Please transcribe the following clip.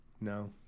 No